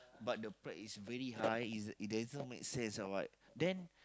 but the pride is very high is it it doesn't make sense or what then